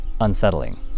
unsettling